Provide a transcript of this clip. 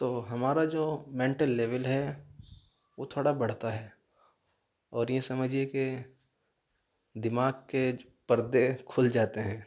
تو ہمارا جو مینٹل لیول ہے وہ تھوڑا بڑھتا ہے اور یہ سمجھیئے کہ دماغ کے پردے کھل جاتے ہیں